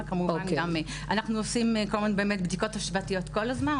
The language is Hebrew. אנחנו עושים, כמובן, בדיקות השוואתיות כל הזמן.